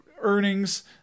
earnings